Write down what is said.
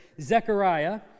Zechariah